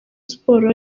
sports